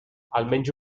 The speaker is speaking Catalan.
almenys